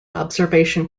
observation